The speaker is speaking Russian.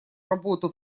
работу